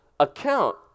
account